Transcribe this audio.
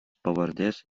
pavardės